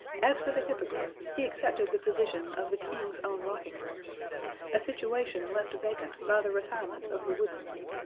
as for the hippogriff, he accepted the position of the king's own rocking horse a situation left vacant by the retirement of the wooden one.